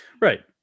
right